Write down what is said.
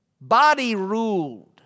body-ruled